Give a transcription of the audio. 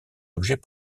objets